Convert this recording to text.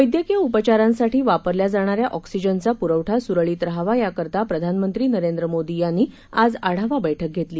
वैद्यकीय उपचारासाठी वापरल्या जाणाऱ्या ऑक्सीजनचा पुरवठा सुरळीत रहावा याकरता प्रधानमंत्री नरेंद्र मोदी यांनी आज आढावा बैठक घेतली